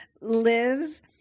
lives